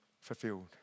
fulfilled